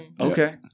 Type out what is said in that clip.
Okay